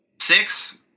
six